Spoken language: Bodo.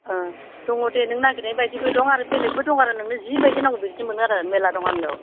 ओह दङ दे नों नागेरनाय बादिबो दं आरो बेलेगबो दं आरो नोंनो जिबादि नांगौ बेखौनो मोनगोन आरो मेला दं आंनिआव